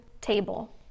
table